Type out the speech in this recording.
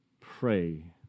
pray